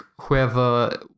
whoever